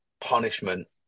punishment